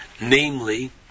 Namely